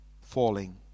falling